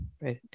right